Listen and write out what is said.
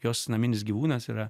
jos naminis gyvūnas yra